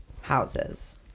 houses